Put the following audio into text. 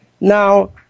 Now